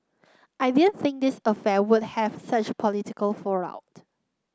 I didn't think this affair would have such political fallout